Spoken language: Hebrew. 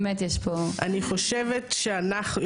אני חושבת שאנחנו,